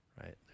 right